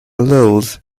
allows